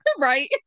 right